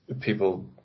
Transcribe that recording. people